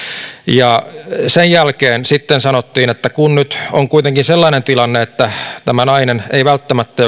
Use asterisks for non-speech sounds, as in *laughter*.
ja sen jälkeen sitten sanottiin että kun nyt on kuitenkin sellainen tilanne että tämä nainen ei välttämättä *unintelligible*